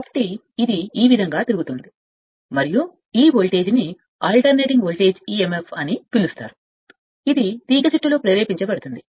కాబట్టి ఇది ఎందుకు తిరుగుతోంది మరియు వోల్టేజ్ మీరు ప్రత్యామ్నాయ వోల్టేజ్ emf అని పిలుస్తారు ఇది తీగచుట్ట లో ప్రేరేపించబడుతుంది